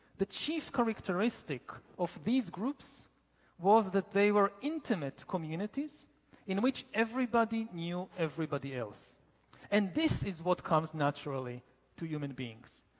the chief characteristic of these groups was that they were intimate communities in which everybody knew everybody else and this is what comes naturally to human beings.